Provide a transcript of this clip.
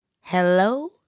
hello